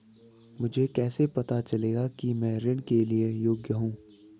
मुझे कैसे पता चलेगा कि मैं ऋण के लिए योग्य हूँ?